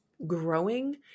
Growing